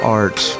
art